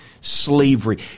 slavery